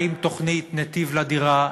האם תוכנית "נתיב לדירה",